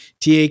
TA